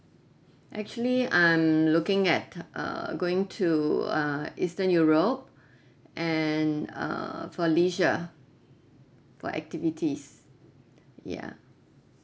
actually I'm looking at uh going to uh eastern europe and uh for leisure for activities ya